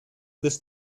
this